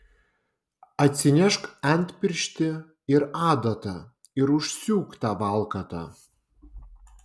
atsinešk antpirštį ir adatą ir užsiūk tą valkatą